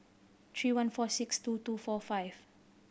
three one four six two two four five